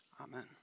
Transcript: Amen